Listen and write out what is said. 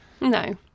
no